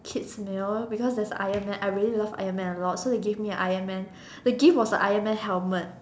kids meal because there's Iron Man I really love Iron Man a lot so they give me a Iron Man the gift was a Iron Man helmet